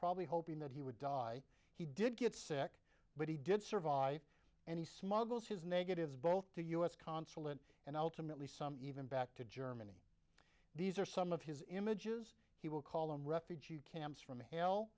probably hoping that he would die he did get sick but he did survive and he smuggles his negatives both to us consulate and ultimately some even back to germany these are some of his images he will call them refugee camps from hell